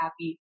happy